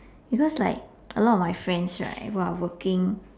because like a lot of my friends right who are working